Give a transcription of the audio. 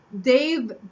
Dave